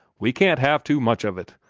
we can't have too much of it.